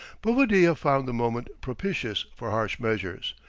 bovadilla found the moment propitious for harsh measures.